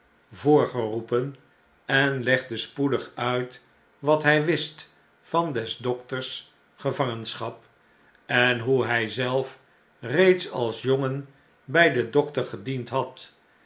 voorgeroepen en legde spoedig uit wat hij wist van des dokters gevangenschap en hoe hjj zelf reeds als jongen by den dokter gediend had